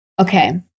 okay